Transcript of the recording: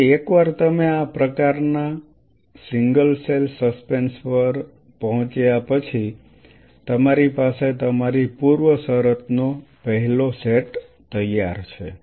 તેથી એકવાર તમે આ પ્રકારના સિંગલ સસ્પેન્શન પર પહોંચ્યા પછી તમારી પાસે તમારી પૂર્વશરતનો પહેલો સેટ તૈયાર છે